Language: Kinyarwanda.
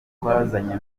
twazanye